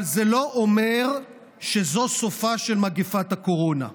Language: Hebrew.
אבל זה לא אומר שזה סופה של מגפת הקורונה.